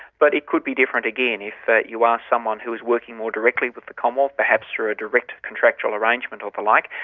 but it could be different again if but you are someone who is working more directly with the commonwealth, perhaps through a direct contractual arrangement or the like,